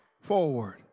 forward